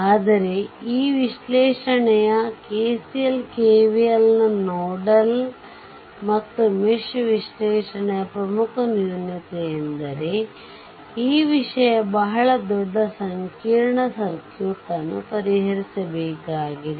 ಆದರೆ ಈ ವಿಶ್ಲೇಷಣೆಯ KCL KVL ನ ನೋಡಲ್ ಮತ್ತು ಮೆಶ್ ವಿಶ್ಲೇಷಣೆಯ ಪ್ರಮುಖ ನ್ಯೂನತೆಯೆಂದರೆ ಈ ವಿಷಯವು ಬಹಳ ದೊಡ್ಡ ಸಂಕೀರ್ಣ ಸರ್ಕ್ಯೂಟ್ ಅನ್ನು ಪರಿಹರಿಸಬೇಕಾಗಿದೆ